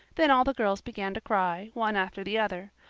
then all the girls began to cry, one after the other.